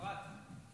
אפרת,